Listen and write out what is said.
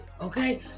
Okay